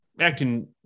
acting